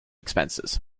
expenses